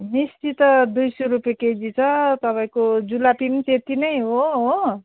मिस्टी त दुई सौ रुपियाँ केजी छ तपाईँको जुलापी पनि त्यति नै हो हो